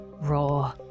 raw